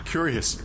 Curious